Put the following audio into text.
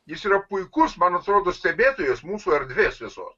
jis yra puikus man atrodo stebėtojas mūsų erdvės visos